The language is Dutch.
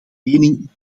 mening